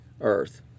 earth